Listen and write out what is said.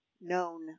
known